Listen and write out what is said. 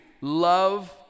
love